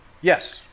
Yes